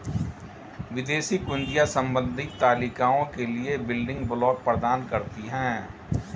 विदेशी कुंजियाँ संबंधित तालिकाओं के लिए बिल्डिंग ब्लॉक प्रदान करती हैं